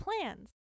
plans